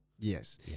Yes